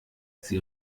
sie